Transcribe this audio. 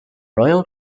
royal